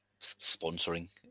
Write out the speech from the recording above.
sponsoring